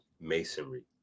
Masonry